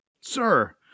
Sir